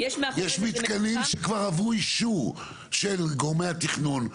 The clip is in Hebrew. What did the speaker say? יש מתקנים שכבר עברו אישור של גורמי התכנון.